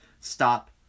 stop